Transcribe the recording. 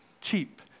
cheap